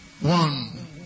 One